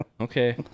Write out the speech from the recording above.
Okay